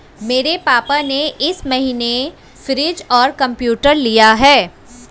मेरे पापा ने इस महीने फ्रीज और कंप्यूटर लिया है